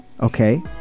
okay